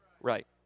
right